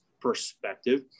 perspective